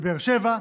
בבאר שבע,